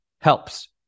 helps